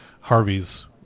Harvey's